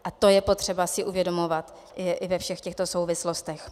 A to je potřeba si uvědomovat i ve všech těchto souvislostech.